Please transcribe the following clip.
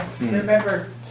remember